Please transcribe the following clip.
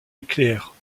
nucléaire